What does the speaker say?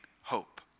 hope